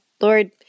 Lord